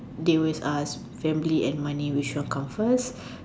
deal with family and money which one come first